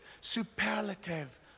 superlative